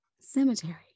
cemetery